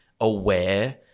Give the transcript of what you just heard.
aware